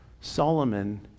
Solomon